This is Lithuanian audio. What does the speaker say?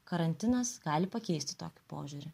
karantinas gali pakeisti tokį požiūrį